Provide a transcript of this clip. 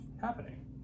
happening